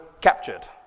captured